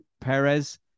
perez